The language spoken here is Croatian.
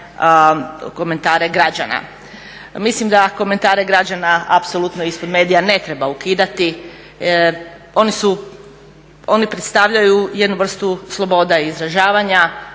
komentare građana. Mislim da komentare građana apsolutno ispod medija ne treba ukidati, oni su, oni predstavljaju jednu vrstu sloboda izražavanja,